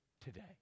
today